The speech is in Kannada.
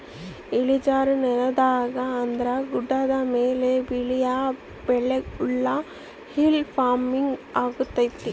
ಇಳಿಜಾರು ನೆಲದಾಗ ಅಂದ್ರ ಗುಡ್ಡದ ಮೇಲೆ ಬೆಳಿಯೊ ಬೆಳೆಗುಳ್ನ ಹಿಲ್ ಪಾರ್ಮಿಂಗ್ ಆಗ್ಯತೆ